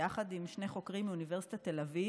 ביחד עם שני חוקרים מאוניברסיטת תל אביב,